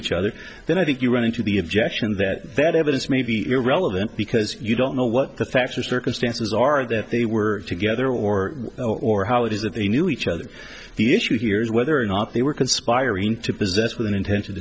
each other then i think you run into the objection that that evidence may be irrelevant because you don't know what the facts or circumstances are that they were together or or how it is that they knew each other the issue here is whether or not they were conspiring to possess with an intent